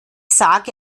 sage